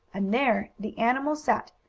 and there the animal sat,